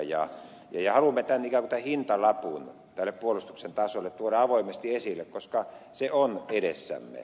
haluamme ikään kuin hintalapun tälle puolustuksen tasolle tuoda avoimesti esille koska se on edessämme